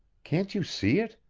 can't you see it?